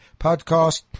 podcast